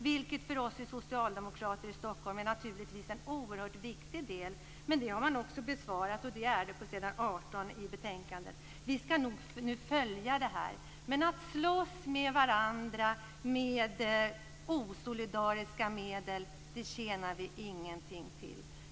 Det är för oss socialdemokrater i Stockholm en oerhört viktig del. Men det har man också besvarat på s. 18 i betänkandet. Vi skall nu följa det här. Men att slåss med varandra med osolidariska medel tjänar ingenting till.